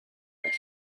lift